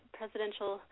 presidential